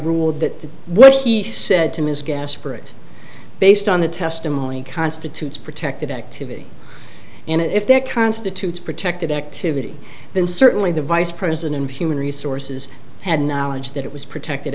ruled that what he said to ms gasper it based on the testimony constitutes protected activity and if there constitutes protected activity then certainly the vice president of human resources had knowledge that it was protected